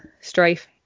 strife